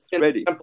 ready